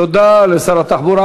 תודה לשר התחבורה.